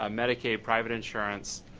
ah medicaid private insurance,